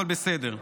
אבל בסדר.